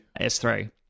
S3